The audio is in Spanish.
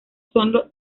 son